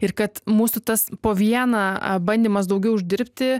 ir kad mūsų tas po vieną bandymas daugiau uždirbti